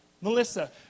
Melissa